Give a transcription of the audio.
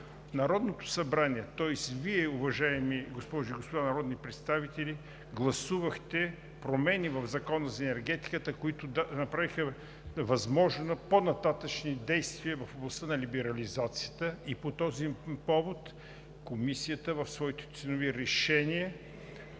Народното събрание, тоест Вие, уважаеми госпожи и господа народни представители, гласувахте промени в Закона за енергетиката, които направиха възможни по-нататъшни действия в областта на либерализацията. По този повод Комисията в своите ценови решения